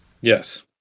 Yes